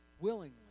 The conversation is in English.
willingly